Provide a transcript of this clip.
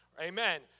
Amen